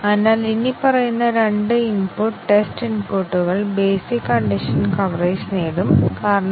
അതിനാൽ ഞങ്ങൾ basic condition coverage നേടുന്നു ഞങ്ങൾ ഡിസിഷൻ കവറേജും നേടുന്നുണ്ടോ